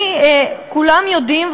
כולם יודעים,